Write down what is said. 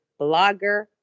blogger